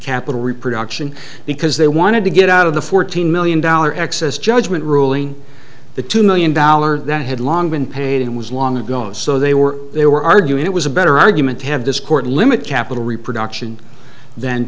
capital reproduction because they wanted to get out of the fourteen million dollar excess judgment ruling the two million dollars that had long been paid it was long ago so they were they were arguing it was a better argument to have this court limit capital reproduction th